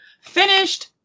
finished